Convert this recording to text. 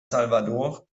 salvador